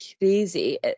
crazy